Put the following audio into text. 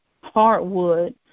hardwood